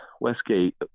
Westgate